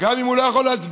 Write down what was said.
גם אם הוא לא יכול להצביע,